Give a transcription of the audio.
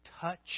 touch